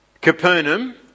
Capernaum